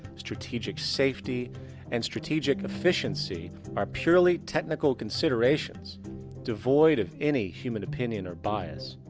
strategic safety and strategic efficiency are purely technical considerations devoid of any human opinion or bias,